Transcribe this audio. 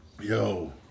yo